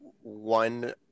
one